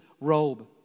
robe